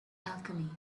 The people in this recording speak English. alchemy